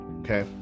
Okay